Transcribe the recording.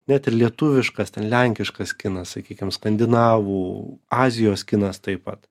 net ir lietuviškas ten lenkiškas kinas sakykim skandinavų azijos kinas taip pat